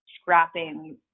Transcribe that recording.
scrapping